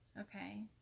Okay